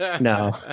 No